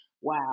wow